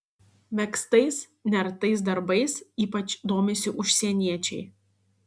megztais nertais darbais ypač domisi užsieniečiai